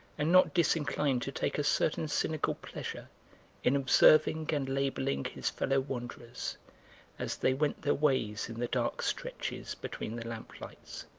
and not disinclined to take a certain cynical pleasure in observing and labelling his fellow wanderers as they went their ways in the dark stretches between the lamp-lights.